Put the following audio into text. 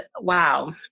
wow